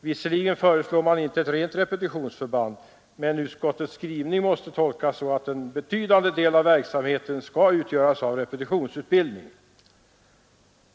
Visserligen föreslår man inte ett rent repetitionsförband, men utskottets skrivning måste tolkas så, att en betydande del av verksamheten skall utgöras av repetitionsutbildning.